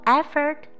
effort